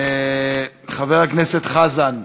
חבר הכנסת חזן?